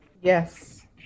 Yes